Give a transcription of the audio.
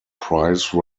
price